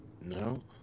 No